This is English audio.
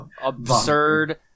absurd